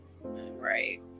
Right